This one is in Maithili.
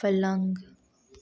पलङ्ग